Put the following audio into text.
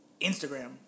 Instagram